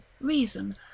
reason